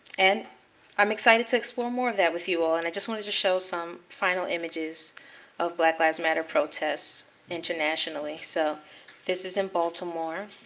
and i'm excited to explore more of that with you all. and i just wanted to show some final images of black lives matter protests internationally. so this is in baltimore.